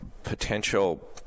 potential